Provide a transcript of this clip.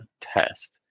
test